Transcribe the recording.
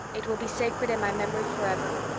it will be sacred in my memory forever.